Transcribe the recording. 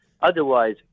Otherwise